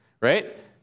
right